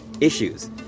issues